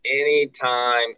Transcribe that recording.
anytime